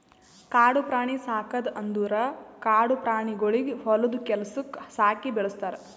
ಕಾಡು ಪ್ರಾಣಿ ಸಾಕದ್ ಅಂದುರ್ ಕಾಡು ಪ್ರಾಣಿಗೊಳಿಗ್ ಹೊಲ್ದು ಕೆಲಸುಕ್ ಸಾಕಿ ಬೆಳುಸ್ತಾರ್